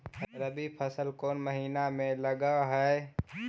रबी फसल कोन महिना में लग है?